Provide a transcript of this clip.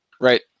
Right